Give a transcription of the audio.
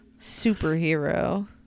Superhero